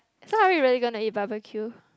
so are we really gonna eat barbecue